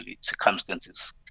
circumstances